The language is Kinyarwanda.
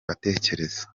atekereza